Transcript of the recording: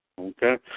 Okay